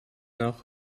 nach